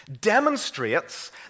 demonstrates